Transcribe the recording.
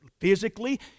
physically